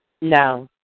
No